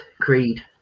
Creed